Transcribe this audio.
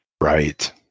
Right